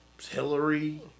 Hillary